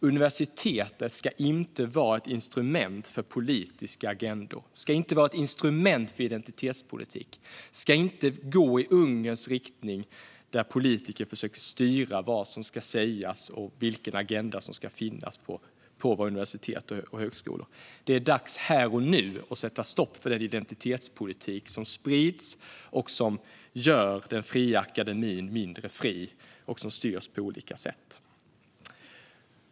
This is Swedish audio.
Universitetet ska inte vara ett instrument för politiska agendor och identitetspolitik. Vi ska inte gå i Ungerns riktning där politiker försöker styra vad som ska sägas och vilken agenda som ska finnas på våra universitet och högskolor. Det är dags att här och nu sätta stopp för den identitetspolitik som sprids och som gör den fria akademin mindre fri och gör att den styrs på olika sätt.